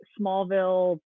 Smallville